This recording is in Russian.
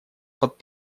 под